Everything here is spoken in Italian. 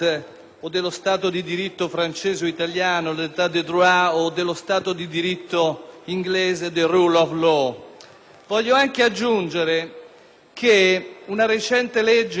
Voglio anche aggiungere che una recente legge approvata nel Regno Unito, la *Human rights act*, concede a quel Paese la possibilità di intervenire su questa materia